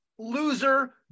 loser